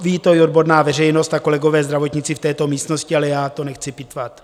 Ví to i odborná veřejnost a kolegové zdravotníci v této místnosti, ale já to nechci pitvat.